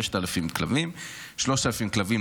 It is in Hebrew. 6,000. 3,000 כלבים,